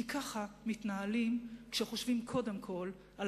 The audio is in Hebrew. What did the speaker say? כי ככה מתנהלים כשחושבים קודם כול על